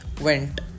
went